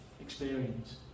experience